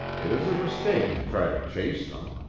it is a mistake to try to chase them.